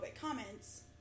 comments